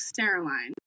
Steriline